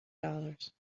dollars